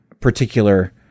particular